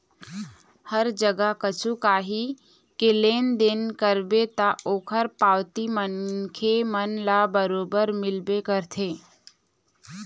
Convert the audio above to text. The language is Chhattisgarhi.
हर जगा कछु काही के लेन देन करबे ता ओखर पावती मनखे मन ल बरोबर मिलबे करथे